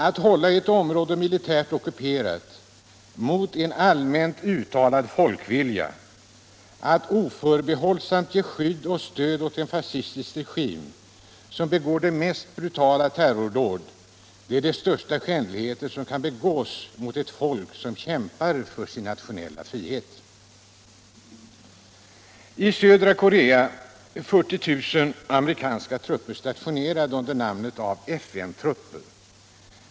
Att hålla ett område militärt ockuperat mot en allmänt uttalad folkvilja, att oförbehållsamt ge skydd och stöd åt en fascistisk regim, som gör sig skyldig till de mest brutala terrordåd, är de största skändligheter som kan begås mot ett folk som kämpar för sin nationella enhet. I södra Korea är 40 000 amerikanska soldater stationerade under namnet av FN-trupper.